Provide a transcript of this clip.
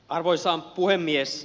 arvoisa puhemies